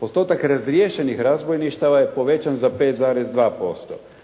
Postotak razriješenih razbojništava je povećan za 5,2%.